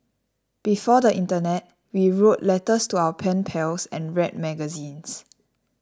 before the internet we wrote letters to our pen pals and read magazines